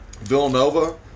Villanova